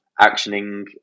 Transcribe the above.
actioning